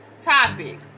topic